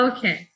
Okay